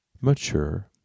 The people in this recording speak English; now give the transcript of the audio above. mature